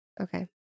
okay